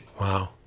wow